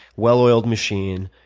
well oiled machine,